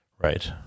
Right